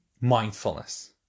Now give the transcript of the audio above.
mindfulness